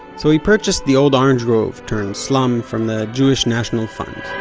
so he purchased the old orange grove-turned-slum from the jewish national fund.